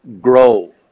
Grow